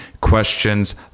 questions